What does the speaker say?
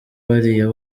bariya